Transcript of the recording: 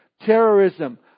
terrorism